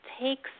takes